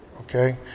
Okay